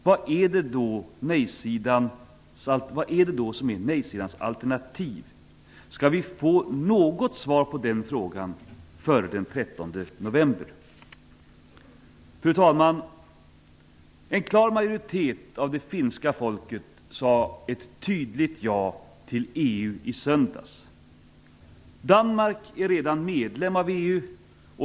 Vilket är då nej-sidans alternativ? Kommer vi att få något svar på den frågan före den 13 november? Fru talman! En klar majoritet av det finska folket sade ett tydligt ja till EU i söndags. Danmark är redan medlem av EU.